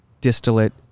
distillate